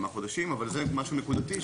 זה משהו נקודתי.